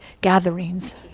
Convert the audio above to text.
gatherings